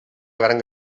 gran